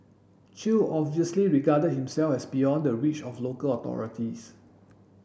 chew obviously regarded himself as beyond the reach of local authorities